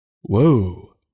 Whoa